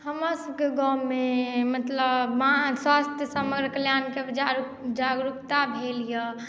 हमरासभके गाँवमे मतलब स्वास्थ्य समग्र कल्याणकेँ जागरूक जागरूकता भेल यए